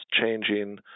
changing